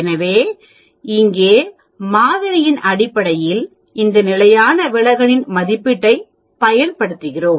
எனவே இங்கே மாதிரியின் அடிப்படையில் இந்த நிலையான விலகலின் மதிப்பீட்டைப் பயன்படுத்துகிறோம்